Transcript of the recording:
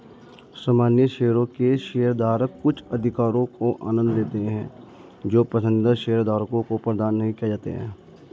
सामान्य शेयरों के शेयरधारक कुछ अधिकारों का आनंद लेते हैं जो पसंदीदा शेयरधारकों को प्रदान नहीं किए जाते हैं